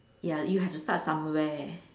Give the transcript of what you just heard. ya you'll have to start somewhere